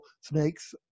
snakes